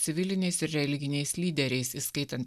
civiliniais ir religiniais lyderiais įskaitant